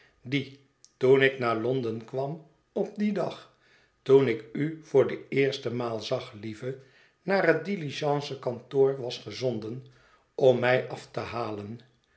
die toen ik naar londen kwam op dien dag toen ik u voor de eerste maal zag lieve naar het diligencekantoor was gezonden om mij af te halen